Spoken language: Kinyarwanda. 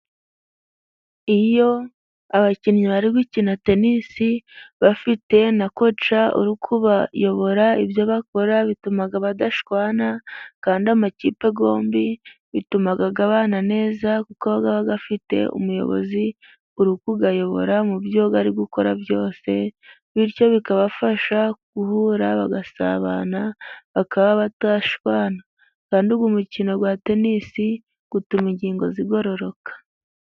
Iyo abakinnyi bari gukina tenisi bafite na koci urikubayobora, ibyo bakora bituma badashwana kandi amakipe yombi bituma abana neza, kuko aba afite umuyobozi uri kubayobora mu byo bari gukora byose bityo bikabafasha guhura bagasabana ,bakaba batashwana kandi uyu mukino wa tenisi utuma ingingo zigororoka.